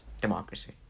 democracy